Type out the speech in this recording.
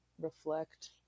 reflect